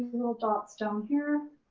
little dots down here.